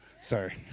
Sorry